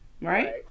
Right